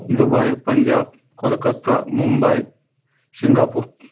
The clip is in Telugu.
దుబాయ్ పంజాబ్ కోలకత్తా ముంబై సింగాపూర్